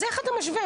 אז איך אתה משווה?